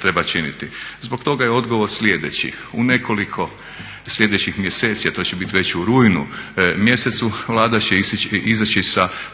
treba činiti. Zbog toga je odgovor sljedeći. U nekoliko sljedećih mjeseci, a to će bit već u rujnu mjesecu, Vlada će izaći sa